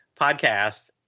podcast